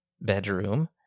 bedroom